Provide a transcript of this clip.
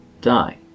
die